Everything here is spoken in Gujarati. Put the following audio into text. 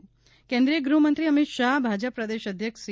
ૈ કેન્દ્રીય ગૃહમંત્રી અમિત શાહ ભાજપ પ્રદેશ અધ્યક્ષ સી